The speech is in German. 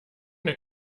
der